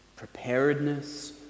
Preparedness